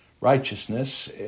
righteousness